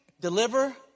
deliver